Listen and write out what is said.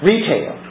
Retail